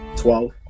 twelve